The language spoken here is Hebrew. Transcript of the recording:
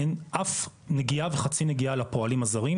אין אף נגיעה וחצי נגיעה לפועלים הזרים.